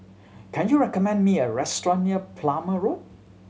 can you recommend me a restaurant near Plumer Road